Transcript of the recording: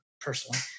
personally